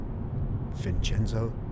Vincenzo